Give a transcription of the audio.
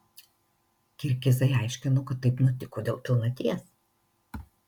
kirgizai aiškino kad taip nutiko dėl pilnaties